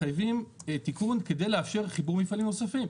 שמחייבים תיקון על מנת לאפשר חיבור של מפעלים נוספים.